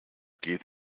geht